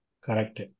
Correct